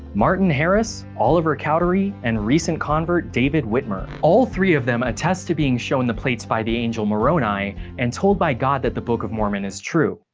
martin harris, oliver cowdery, and recent convert, david whitmer. all three of them attest to being shown the plates by the angel moroni and told by god that the book of mormon is true,